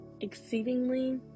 Exceedingly